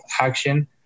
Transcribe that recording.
action